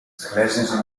esglésies